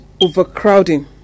overcrowding